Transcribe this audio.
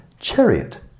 Chariot